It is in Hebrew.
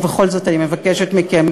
ובכל זאת אני מבקשת מכם,